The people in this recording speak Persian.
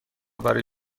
برای